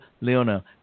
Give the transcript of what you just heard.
Leona